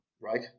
Right